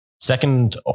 Second